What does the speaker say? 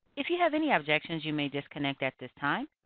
if you have any objections you may disconnect at this time.